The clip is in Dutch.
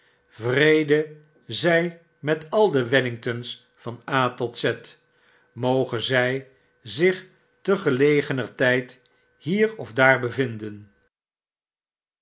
vrede zg met al de wedgington's van a tot z mogen zg zich te gelegener tijd hier of daar bevinden